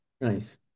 nice